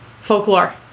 Folklore